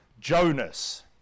Jonas